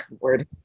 word